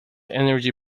energy